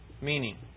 meaning